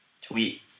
tweet